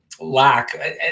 lack